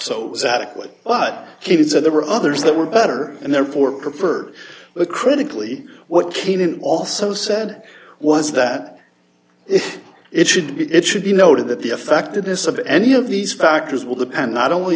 kids that there were others that were better and therefore preferred the critically what came in also said was that it should be it should be noted that the effectiveness of any of these factors will depend not only